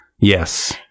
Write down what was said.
Yes